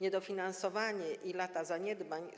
Niedofinansowanie i lata zaniedbań